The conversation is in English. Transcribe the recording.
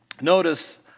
notice